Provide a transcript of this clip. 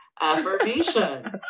Affirmation